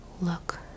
look